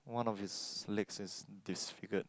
one of his leg is disfigured